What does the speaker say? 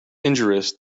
injurious